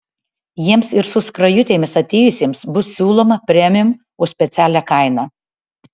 jiems ir su skrajutėmis atėjusiems bus siūloma premium už specialią kainą